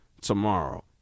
tomorrow